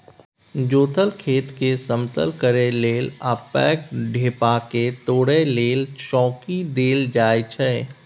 जोतल खेतकेँ समतल करय लेल आ पैघ ढेपाकेँ तोरय लेल चौंकी देल जाइ छै